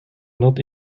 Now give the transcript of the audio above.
not